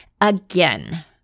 Again